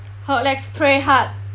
hope let's pray hard